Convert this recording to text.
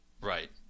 Right